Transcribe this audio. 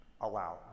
allow